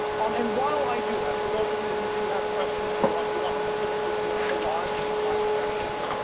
um and while i do that, for those of you who do have questions you want you want specifically to to lodge in my direction,